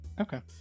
okay